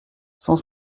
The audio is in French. cent